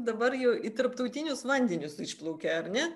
dabar jau į tarptautinius vandenis išplaukė ar ne